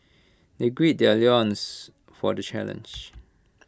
they gird their loins for the challenge